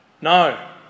No